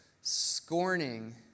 scorning